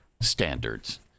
standards